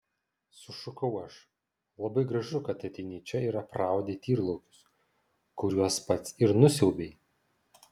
sušukau aš labai gražu kad ateini čia ir apraudi tyrlaukius kuriuos pats ir nusiaubei